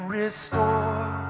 restore